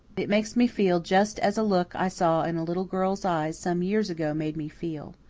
it makes me feel just as a look i saw in a little girl's eyes some years ago made me feel.